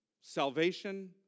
Salvation